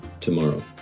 tomorrow